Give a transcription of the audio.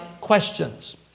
questions